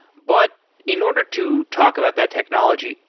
but in order to talk about that technology,